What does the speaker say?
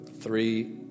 three